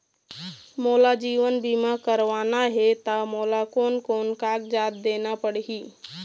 मोला जीवन बीमा करवाना हे ता मोला कोन कोन कागजात देना पड़ही?